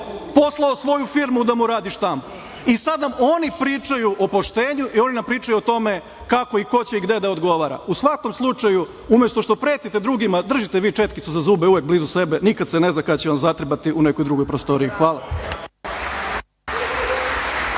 poslao svoju firmu da mu radi štampu? I sada nama oni pričaju o poštenju i pričaju o tome kako i ko će i gde da odgovara.U svakom slučaju, umesto što pretite drugima, držite vi četkicu za zube uvek blizu sebe, jer nikad se ne zna kada će vam zatrebati u nekoj drugoj prostoriji. Hvala.